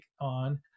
on